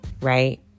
right